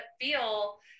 feel